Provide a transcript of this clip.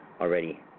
already